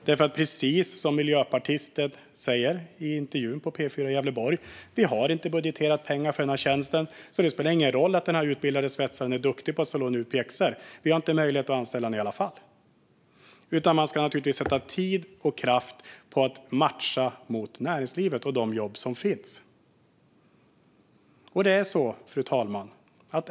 Det är precis som miljöpartisten säger i intervjun på P4 i Gävleborg: Vi har inte budgeterat pengar för den här tjänsten. Det spelar ingen roll att den utbildade svetsaren är duktig på att stå och låna ut pjäxor. Vi har i varje fall inte möjlighet att anställa honom. Man ska naturligtvis sätta tid och kraft på att matcha mot näringslivet och de jobb som finns.